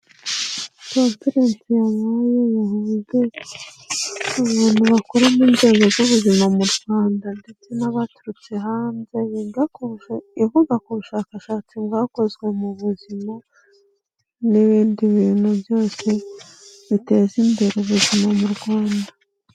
Conference yabaye yahuje abantu bakuru mu nzego z'ubuzima mu Rwanda ndetse n'abaturutse hanze yiga, ivuga ku bushakashatsi bwakozwe mu buzima n'ibindi bintu byose biteza imbere ubuzima mu Rwanda.